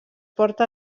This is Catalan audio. porta